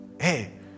hey